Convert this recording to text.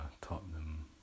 Tottenham